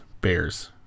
Bears